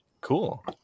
Cool